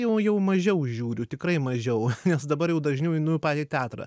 jau jau mažiau žiūriu tikrai mažiau nes dabar jau dažniau einu į patį teatrą